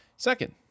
Second